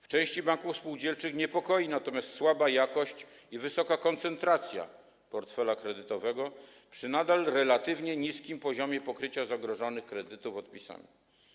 W części banków spółdzielczych niepokoi natomiast słaba jakość i wysoka koncentracja portfela kredytowego przy nadal relatywnie niskim poziomie pokrycia zagrożonych kredytów odpisami.